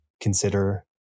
consider